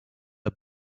are